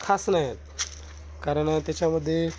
खास नाही आहे कारण त्याच्यामध्ये